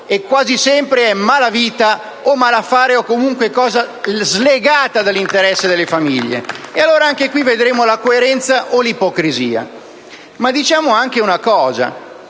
e, quasi sempre, è malavita, malaffare, o comunque cosa slegata dall' interesse dalle famiglie. Anche qui vedremo la coerenza o l'ipocrisia. Ma diciamo anche una cosa.